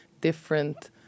Different